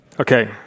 Okay